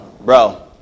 bro